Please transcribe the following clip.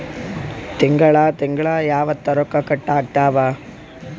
ತಿಂಗಳ ತಿಂಗ್ಳ ಯಾವತ್ತ ರೊಕ್ಕ ಕಟ್ ಆಗ್ತಾವ?